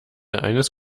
eines